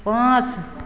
पाँच